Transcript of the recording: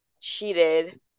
cheated